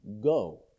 go